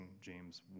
James